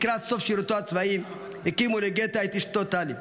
לקראת סוף שירותו הצבאי הכיר מולוגטה את אשתו טלי.